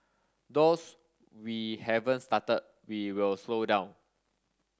those we haven't started we will slow down